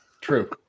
true